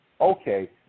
okay